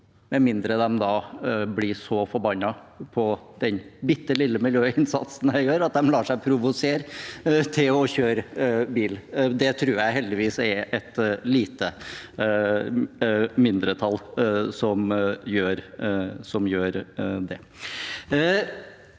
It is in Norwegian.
med mindre de da blir så forbannet på den bitte lille miljøinnsatsen jeg gjør, at de lar seg provosere til å kjøre bil. Jeg tror det heldigvis er et lite mindretall som gjør det.